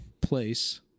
place